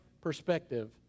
perspective